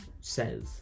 says